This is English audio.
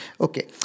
Okay